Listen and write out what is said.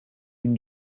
une